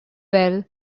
well